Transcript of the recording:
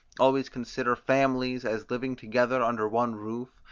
always consider families as living together under one roof,